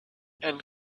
and